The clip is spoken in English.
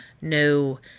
no